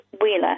Wheeler